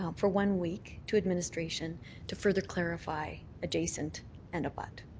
um for one week to administration to further clarify adjacent and abut.